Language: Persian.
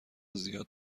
زیاد